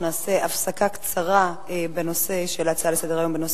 נעשה הפסקה קצרה בדיון בהצעות לסדר-היום בנושא